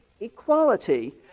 equality